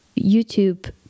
youtube